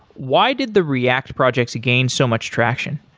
why did the react project gained so much traction?